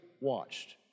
watched